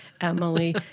Emily